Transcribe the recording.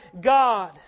God